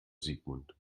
sigmund